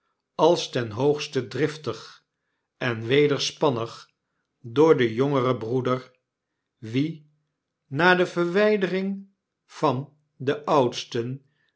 als ten hoogste driftig en wederspannig door den jongeren broeder wien na de verwydering van den oudsten